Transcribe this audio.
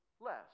less